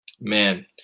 man